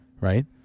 Right